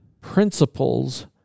principles